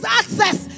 access